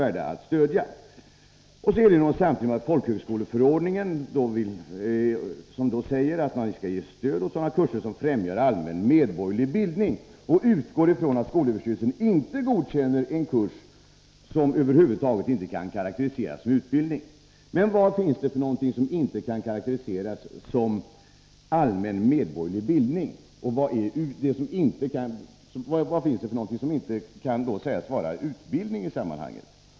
Utbildningsministern erinrar samtidigt om att man enligt folkhögskoleförordningen skall ge stöd till sådana kurser som främjar allmän medborgerlig bildning, och hon utgår ifrån att skolöverstyrelsen inte godkänner en kurs som över huvud taget inte kan karakteriseras som utbildning. Men vad finns det som inte kan karakteriseras som allmän medborgerlig bildning, och vad finns det som inte kan karakteriseras som utbildning?